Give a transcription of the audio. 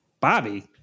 Bobby